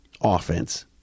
offense